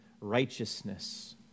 righteousness